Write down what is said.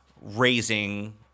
raising